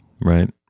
Right